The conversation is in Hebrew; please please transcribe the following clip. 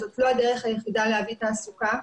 זאת לא הדרך היחידה להביא תעסוקה.